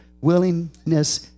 willingness